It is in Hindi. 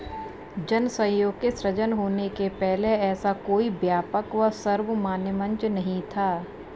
जन सहयोग के सृजन होने के पहले ऐसा कोई व्यापक व सर्वमान्य मंच नहीं था